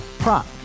Prop